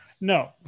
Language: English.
No